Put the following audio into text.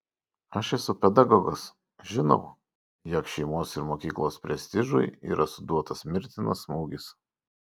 aš esu pedagogas žinau jog šeimos ir mokyklos prestižui yra suduotas mirtinas smūgis